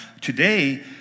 today